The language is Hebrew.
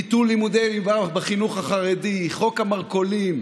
ביטול לימודי ליבה בחינוך החרדי, חוק המרכולים,